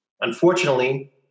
Unfortunately